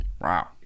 Wow